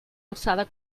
alçada